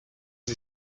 sie